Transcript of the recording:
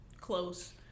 close